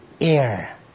air